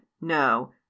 no